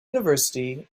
university